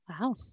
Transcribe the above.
Wow